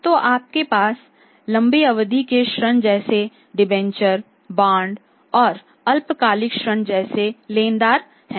तो आपके पास लंबी अवधि के ऋण जैसे डिबेंचर बॉन्ड और अल्पकालिक ऋण जैसे लेनदार हैं